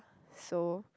so